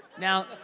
Now